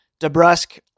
DeBrusque